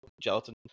gelatin